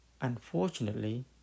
unfortunately